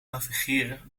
navigeren